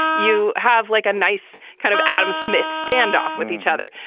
you have like a nice kind of adam smith standoff with each other.